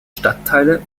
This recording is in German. stadtteile